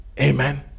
amen